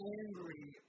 angry